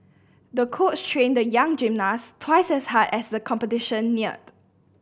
the coach trained the young gymnast twice as hard as the competition neared